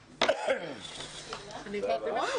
10:53.